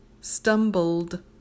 Stumbled